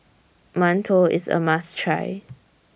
mantou IS A must Try